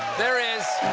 there is